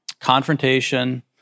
confrontation